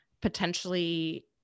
potentially-